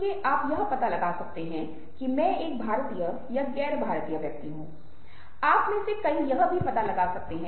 और आप देखते हैं कि यह जो मार्ग है वह मनन ध्यान के रूप में जाना जाता है